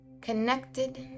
connected